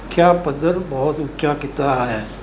ਸਿੱਖਿਆ ਪੱਧਰ ਬਹੁਤ ਉੱਚਾ ਕੀਤਾ ਹੈ